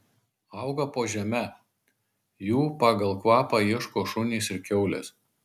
auga po žeme jų pagal kvapą ieško šunys ir kiaulės